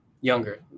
younger